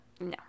no